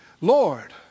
Lord